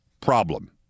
problem